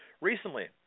Recently